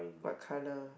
what colour